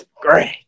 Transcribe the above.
Great